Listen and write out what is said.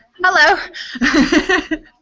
Hello